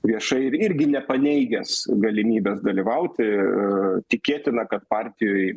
viešai ir irgi nepaneigęs galimybės dalyvauti ir tikėtina kad partijoj